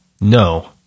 No